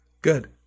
good